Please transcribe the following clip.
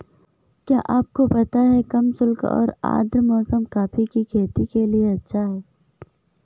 क्या आपको पता है कम शुष्क और आद्र मौसम कॉफ़ी की खेती के लिए अच्छा है?